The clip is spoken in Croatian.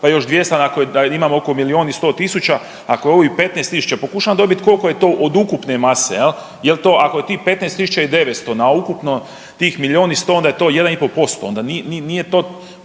pa još 200 da imamo oko milion i sto tisuća, ako ovih 15 tisuća pokušavam dobit koliko je to od ukupne mase, jel to ako je tih 15.900 na ukupno tih milion i sto onda je to jedan i pol